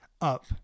Up